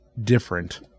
different